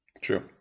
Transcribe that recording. True